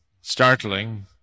startling